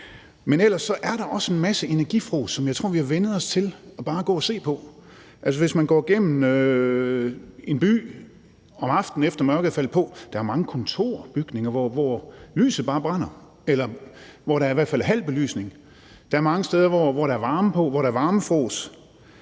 Men ellers er der også en masse energifrås, som jeg tror vi har vænnet os til bare at gå og se på. Hvis man går igennem en by om aftenen, efter at mørket er faldet på, er der mange kontorer og bygninger, hvor lyset bare brænder, eller hvor der i hvert fald er halv belysning. Der er mange steder, hvor der er varme på, og hvor der er varmefrås.